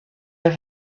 have